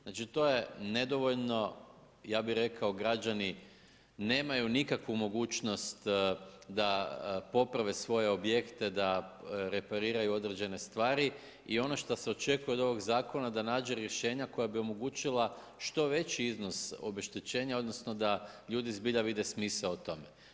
Znači to je nedovoljno, ja bi rekao, građani, nemaju nikakvu mogućnost da poprave svoje objekte, da referiraju određene stvari i ono što se očekuje od ovog zakona, da nađe rješenja koja bi omogućila što veći iznos obeštećenja, odnosno, da ljudi zbilja vide smisao u tome.